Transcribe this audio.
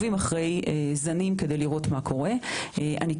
מזנים של אומיקרון אנחנו לא מודאגים, לכן